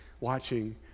watching